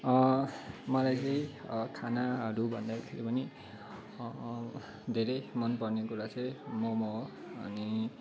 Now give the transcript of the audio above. मलाई चाहिँ खानाहरू भन्दाखेरि पनि धेरै मनपर्ने कुरा चाहिँ मोमो हो अनि